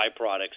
byproducts